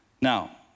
Now